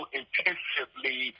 intensively